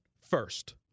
first